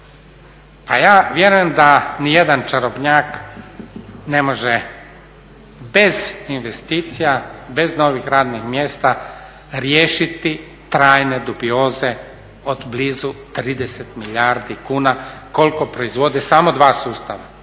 Pa ja vjerujem da nijedan čarobnjak ne može bez investicija, bez novih radnih mjesta riješiti trajne dubioze od blizu 30 milijardi kuna koliko proizvode samo dva sustava,